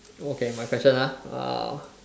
okay my question ah uh